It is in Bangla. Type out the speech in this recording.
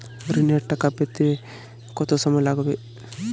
ঋণের টাকা পেতে কত সময় লাগবে?